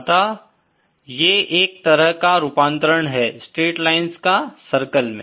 अतः ये एक तरह का रूपांतरण है स्ट्रैट लाइन्स का सर्किल में